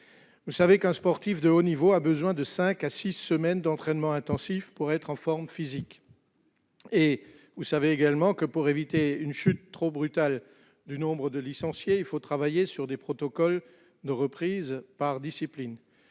différents. Un sportif de haut niveau a besoin de cinq à six semaines d'entraînement intensif pour être en forme physiquement. Par ailleurs, pour éviter une chute trop brutale du nombre de licenciés, il faut travailler sur des protocoles de reprise par discipline.